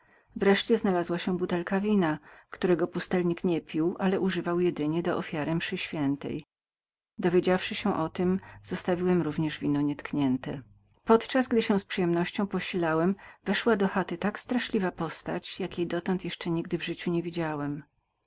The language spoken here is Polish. wreszcie znalazła się i butelka wina którego pustelnik nie pił ale używał jedynie do ofiary mszy świętej dowiedziawszy się o tem zostawiłem również wino nietknięte podczas gdy z przyjemnością posilałem się weszła do chaty tak straszliwa postać jakiej dotąd jeszcze nigdy w życiu nie widziałem